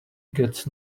gets